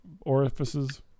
orifices